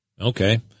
Okay